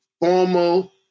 formal